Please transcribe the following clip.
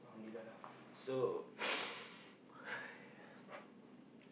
alhamdulillah so